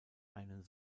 einen